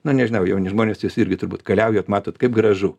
na nežinau jauni žmonės jūs irgi turbūt keliaujat matot kaip gražu